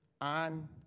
on